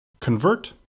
Convert